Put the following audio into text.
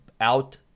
out